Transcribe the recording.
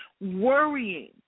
worrying